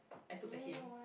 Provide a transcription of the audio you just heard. I took the hint